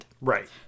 Right